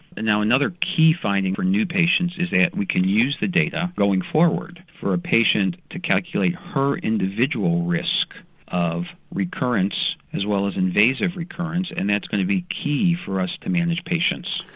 and now another key finding for new patients is that we can use the data going forward for a patient to calculate her individual risk of recurrence as well as invasive recurrence and that's going to be key for us to manage patients.